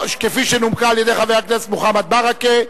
כפי שנומקה על-ידי חבר הכנסת מוחמד ברכה,